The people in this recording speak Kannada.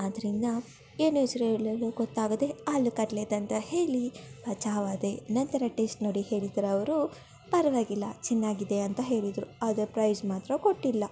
ಆದ್ದರಿಂದ ಏನು ಹೆಸರೇಳೋದು ಗೊತ್ತಾಗದೇ ಆಲೂ ಕತ್ಲೆಟ್ ಅಂತ ಹೇಳಿ ಬಚಾವಾದೆ ನಂತರ ಟೇಸ್ಟ್ ನೋಡಿ ಹೇಳಿದರವರು ಪರವಾಗಿಲ್ಲ ಚೆನ್ನಾಗಿದೆ ಅಂತ ಹೇಳಿದರು ಆದರೆ ಪ್ರೈಝ್ ಮಾತ್ರ ಕೊಟ್ಟಿಲ್ಲ